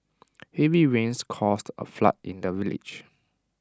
heavy rains caused A flood in the village